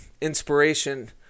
inspiration